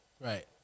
Right